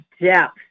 depth